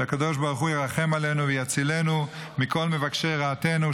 שהקדוש ברוך הוא ירחם עלינו ויצילנו מכל מבקשי רעתנו,